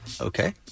Okay